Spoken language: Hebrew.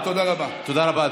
תודה רבה.